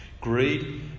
greed